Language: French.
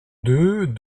deux